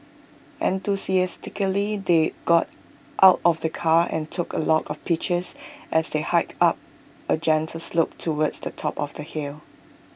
enthusiastically they got out of the car and took A lot of pictures as they hiked up A gentle slope towards the top of the hill